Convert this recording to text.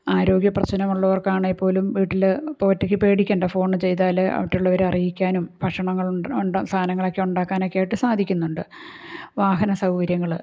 ആരോഗ്യ പ്രശ്നമുള്ളവർക്കാണെങ്കിൽ പോലും വീട്ടിൽ ഇപ്പോൾ ഒറ്റക്ക് പേടിക്കണ്ട ഫോൺ ചെയ്താൽ മറ്റുള്ളവരെ അറിയിക്കാനും ഭക്ഷണങ്ങൾ ഉണ്ടാക്കാൻ ഉണ്ടാക്കാൻ സാധനങ്ങളൊക്കെ ഉണ്ടാക്കാനൊക്കെ ആയിട്ട് സാധിക്കുന്നുണ്ട് വാഹന സൗകര്യങ്ങൾ